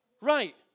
Right